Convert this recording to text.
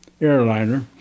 airliner